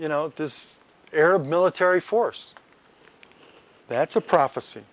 you know this arab military force that's a prophecy